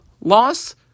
loss